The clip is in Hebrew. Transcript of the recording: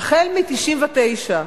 החל מ-1999.